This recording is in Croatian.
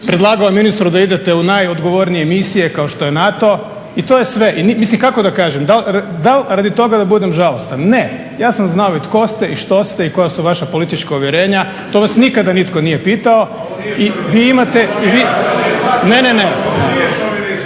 predlagao ministru da idete u najodgovornije misije kako što je NATO. I to je sve, mislim kako da kažem, dal radi toga da budem žalostan? Ne, ja sam znao i tko ste, i što ste i koja su vaša politička uvjerenja. To vas nikada nitko nije pitao. …/Upadica: To nije